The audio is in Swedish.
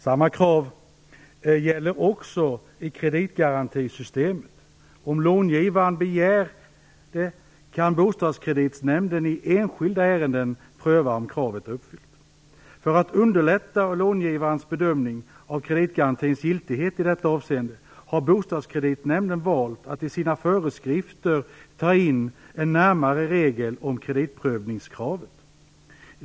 Samma krav gäller också i kreditgarantisystemet. Om långivaren begär det kan Bostadskreditnämnden i enskilda ärenden pröva om kravet är uppfyllt. För att underlätta långivarnas bedömning av kreditgarantins giltighet i detta avseende har Bostadskreditnämnden valt att i sina föreskrifter ta in en närmare regel om kreditprövningskravet.